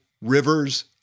rivers